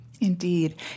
Indeed